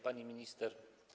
Pani Minister!